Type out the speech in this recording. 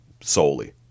solely